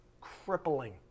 Crippling